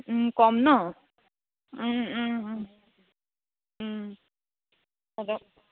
কম নহ্